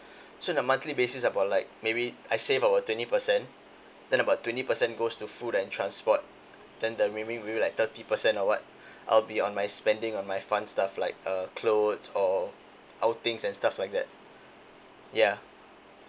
so the monthly basis about like maybe I save about twenty percent then about twenty percent goes to food and transport then the remaining maybe like thirty percent or what I'll be on my spending on my fun stuff like uh clothes or outings and stuff like that ya